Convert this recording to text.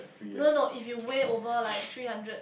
no no if you weigh over like three hundred